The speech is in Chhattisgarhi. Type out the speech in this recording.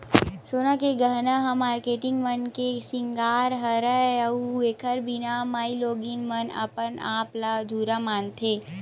सोना के गहना ह मारकेटिंग मन के सिंगार हरय अउ एखर बिना माइलोगिन मन अपन आप ल अधुरा मानथे